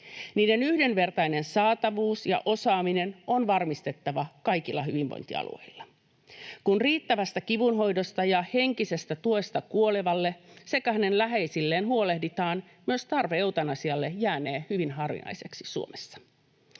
Niiden yhdenvertainen saatavuus ja osaaminen on varmistettava kaikilla hyvinvointialueilla. Kun riittävästä kivunhoidosta ja henkisestä tuesta kuolevalle sekä hänen läheisilleen huolehditaan, myös tarve eutanasialle jäänee hyvin harvinaiseksi Suomessa.